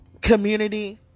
community